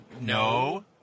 no